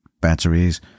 batteries